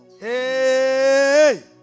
Hey